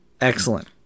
Excellent